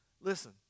Listen